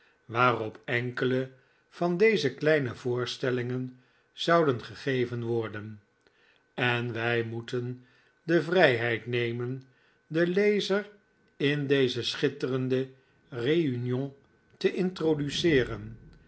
waarop enkele van deze kleine voorstellingen zouden gegeven worden en wij moeten de vrijheid nemen den lezer in deze schitterende reunion te introduceeren